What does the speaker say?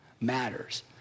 matters